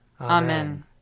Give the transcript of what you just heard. Amen